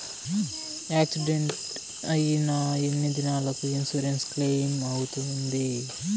Accident అయిన ఎన్ని దినాలకు ఇన్సూరెన్సు క్లెయిమ్ అవుతుంది?